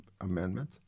amendment